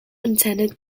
intended